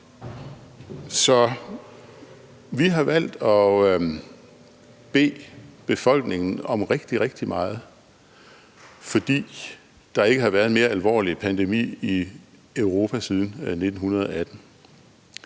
Så vi har valgt at bede befolkningen om rigtig, rigtig meget, fordi der ikke har været en mere alvorlig pandemi i Europa siden 1918.